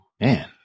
man